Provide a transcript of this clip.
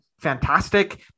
fantastic